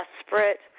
desperate